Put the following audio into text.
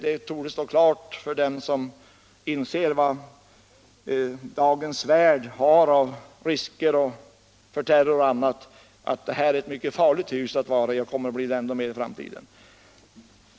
Det torde stå klart för den som inser de risker och den terror som finns i dagens värld, att det är ett mycket farligt hus och kommer att vara det än mer i framtiden.